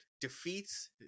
defeats